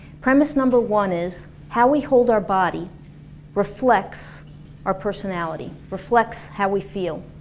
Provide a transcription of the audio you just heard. premise number one is how we hold our body reflects our personality, reflects how we feel,